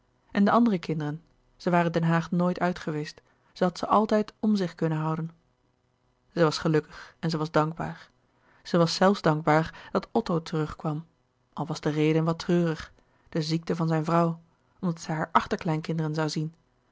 en de andere kinderen zij waren den haag nooit uit geweest zij had ze altijd om zich kunnen houden zij was gelukkig en zij was dankbaar zij was zelfs dankbaar dat otto terugkwam al was de reden wat treurig de ziekte van zijn vrouw omdat zij hare achterkleinkinderen zoû zien